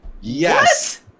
Yes